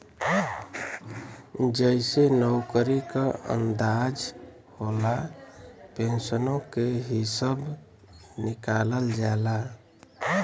जइसे नउकरी क अंदाज होला, पेन्सनो के हिसब निकालल जाला